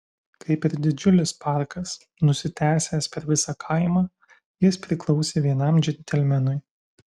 kaip ir didžiulis parkas nusitęsęs per visą kaimą jis priklausė vienam džentelmenui